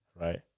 right